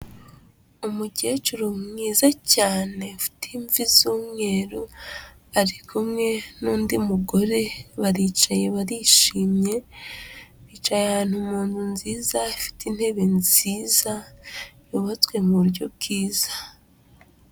Umukecuru mwiza cyane, ufite imvi z'umweru, ari kumwe n'undi mugore, baricaye barishimye, bicaye ahantu mu nzu nziza, ifite intebe nziza, yubatswe mu buryo bwiza.